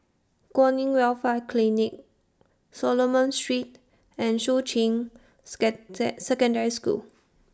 Kwan in Welfare Clinic Solomon Street and Shuqun skate The Secondary School